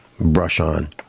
brush-on